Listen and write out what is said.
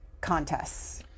contests